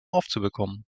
aufzubekommen